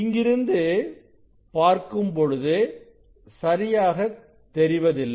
இங்கிருந்து பார்க்கும் பொழுது சரியாக தெரிவதில்லை